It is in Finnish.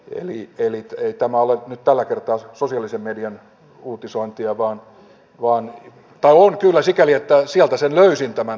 yöliikennettä ei tämä ole tällä kertaa sosiaalisen median uutisointia vaan on talo on kyllä sikäli että asia on sen löysin tämän